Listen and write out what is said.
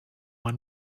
one